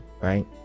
right